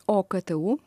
o ktu